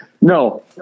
no